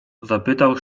zapytał